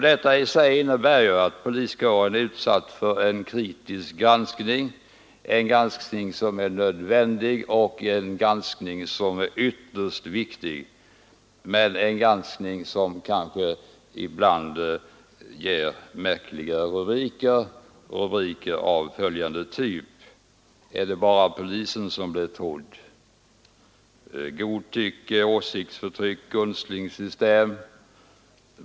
Detta i sig innebär att poliskåren är utsatt för en kritisk granskning — en granskning som är nödvändig och ytterst viktig men som kanske ibland ger märkliga rubriker, exempelvis följande: Är det bara polisen som blir trodd? Godtycke, åsiktsförtryck, gunstlingssystem.